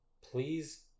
please